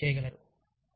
వారు దీన్ని చేయగలరు